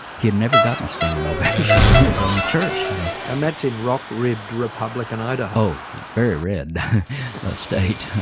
he'd never gotten a standing ovation from his own church, you know. and that's in rock-ribbed republican idaho. oh, very red state.